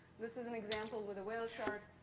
this is an example with a whale shark.